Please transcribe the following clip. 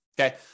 Okay